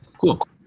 Cool